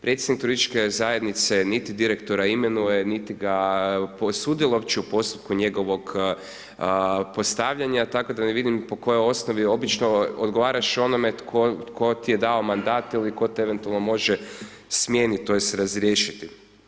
Predsjednik turističke zajednice niti direktora imenuje, niti ga posudilo uopće u postupku njegovog postavljanja, tako da ne vidim po kojoj osnovi, obično odgovaraš onome tko ti je dao mandat ili tko te eventualno može smijeniti tj. razriješiti.